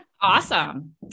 Awesome